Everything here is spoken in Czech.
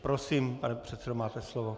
Prosím, pane předsedo, máte slovo.